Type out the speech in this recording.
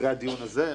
משרד האוצר ייחשב?